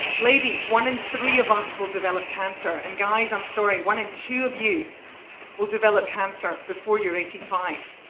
ladies, one in three of us will develop cancer and guys, i'm sorry, one in two of you will develop cancer before you're eighty five.